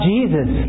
Jesus